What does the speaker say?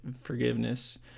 forgiveness